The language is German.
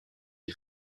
wie